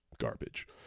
garbage